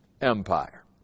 Empire